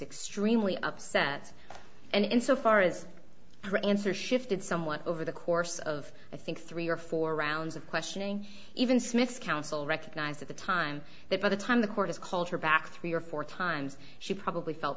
extremely upset and in so far as her answer shifted somewhat over the course of i think three or four rounds of questioning even smith's counsel recognized at the time that by the time the court has called her back three or four times she probably felt